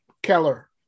Keller